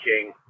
King